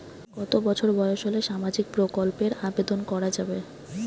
কত বছর বয়স হলে সামাজিক প্রকল্পর আবেদন করযাবে?